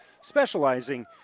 specializing